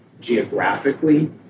geographically